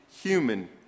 human